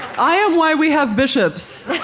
i am why we have bishops